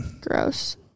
Gross